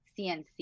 CNC